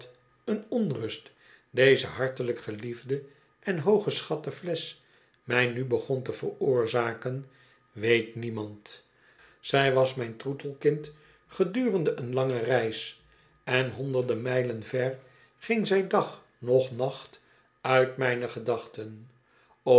een onrust deze hartelijk geliefde en hooggeschatte flesch mij nu begon te veroorzaken weet niemand zn was mijn troetelkind gedurende een lange reis en honderden mijlen ver ging zij dag noch nacht uit mijne gedachten